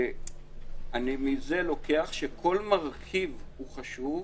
אני מזה לוקח שכל מרכיב הוא חשוב.